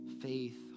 faith